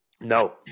No